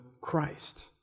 Christ